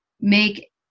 make